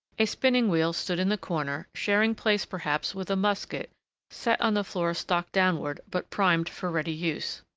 a spinning-wheel stood in the corner, sharing place perhaps with a musket set on the floor stock downward, but primed for ready use.